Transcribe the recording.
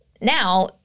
Now